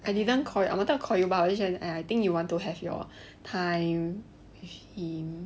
I didn't call I wanted to call you but I think you want to have your time with him